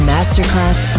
Masterclass